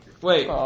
Wait